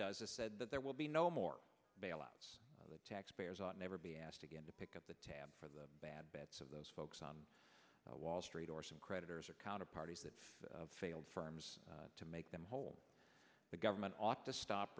does is said that there will be no more bailouts of the taxpayers ought never be asked again to pick up the tab for the bad bets of those folks on wall street or some creditors or counter parties that failed firms to make them whole the government ought to stop